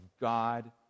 God